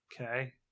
Okay